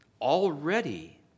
already